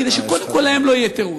כדי שקודם כול להם לא יהיה תירוץ.